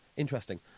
Interesting